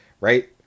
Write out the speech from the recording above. right